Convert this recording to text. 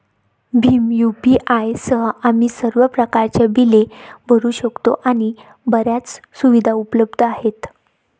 Bhim UPI सह, आम्ही सर्व प्रकारच्या बिले भरू शकतो आणि बर्याच सुविधा उपलब्ध आहेत